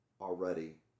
already